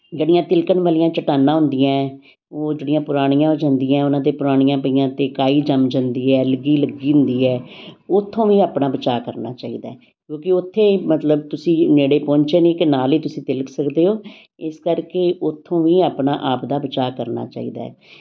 ਜਿਹੜੀਆਂ ਤਿਲਕਣ ਵਾਲੀਆਂ ਚਟਾਨਾਂ ਹੁੰਦੀਆਂ ਉਹ ਜਿਹੜੀਆਂ ਪੁਰਾਣੀਆਂ ਹੋ ਜਾਂਦੀਆਂ ਉਹਨਾਂ 'ਤੇ ਪੁਰਾਣੀਆਂ ਪਈਆਂ 'ਤੇ ਕਾਈ ਜੰਮ ਜਾਂਦੀ ਹੈ ਐਲਗੀ ਲੱਗੀ ਹੁੰਦੀ ਹੈ ਉੱਥੋਂ ਵੀ ਆਪਣਾ ਬਚਾਅ ਕਰਨਾ ਚਾਹੀਦਾ ਕਿਉਂਕਿ ਉੱਥੇ ਮਤਲਬ ਤੁਸੀਂ ਨੇੜੇ ਪਹੁੰਚੇ ਨਹੀਂ ਕਿ ਨਾਲ ਹੀ ਤੁਸੀਂ ਤਿਲਕ ਸਕਦੇ ਹੋ ਇਸ ਕਰਕੇ ਉੱਥੋਂ ਵੀ ਆਪਣਾ ਆਪ ਦਾ ਬਚਾਅ ਕਰਨਾ ਚਾਹੀਦਾ